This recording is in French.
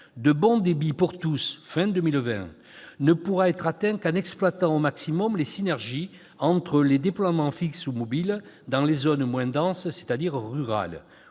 de « bon débit pour tous » pour la fin de 2020 ne pourra être atteint qu'en exploitant au maximum les synergies entre les déploiements fixes ou mobiles dans les zones moins denses, c'est-à-dire rurales.